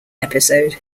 episode